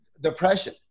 depression